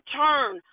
turn